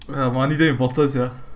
ah money damn important sia